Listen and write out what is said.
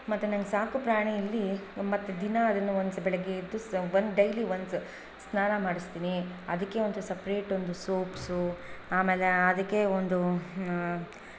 ಮತ್ತೆ ನಂಗೆ ಸಾಕು ಪ್ರಾಣಿಯಲ್ಲಿ ಮತ್ತು ದಿನ ಅದನ್ನು ಒಂದು ಬೆಳಗ್ಗೆ ಎದ್ದು ಒಂದು ಡೈಲಿ ಒಂದು ಸ್ನಾನ ಮಾಡಿಸ್ತೀನಿ ಅದಕ್ಕೆ ಅಂತ ಒಂದು ಸಪರೇಟ್ ಒಂದು ಸೋಪ್ಸು ಆಮೇಲೆ ಅದಕ್ಕೆ ಒಂದು